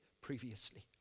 previously